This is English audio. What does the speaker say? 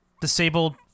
Disabled